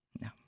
No